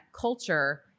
culture